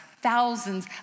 thousands